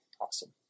Awesome